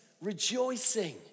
rejoicing